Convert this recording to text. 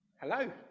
Hello